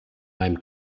meinem